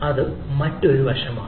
ഇത് മറ്റൊരു വശമാണ്